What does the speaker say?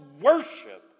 worship